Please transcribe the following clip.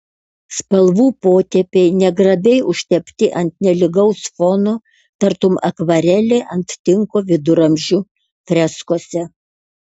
spalvų potėpiai negrabiai užtepti ant nelygaus fono tartum akvarelė ant tinko viduramžių freskose